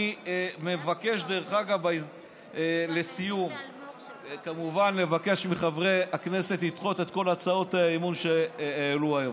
אני מבקש כמובן מחברי הכנסת לדחות את כל הצעות האי-אמון שהעלו היום.